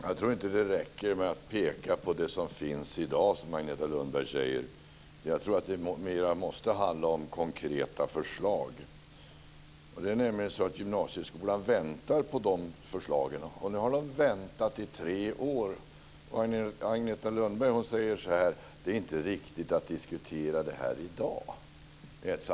Fru talman! Jag tror inte att det räcker med att peka på det som finns i dag, som Agneta Lundberg säger. Jag tror att det mer handlar om konkreta förslag. Gymnasieskolan väntar på de förslagen. Nu har man väntat i tre år. Agneta Lundberg säger att det inte är riktigt att diskutera detta i dag.